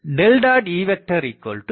E 0 2